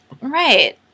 Right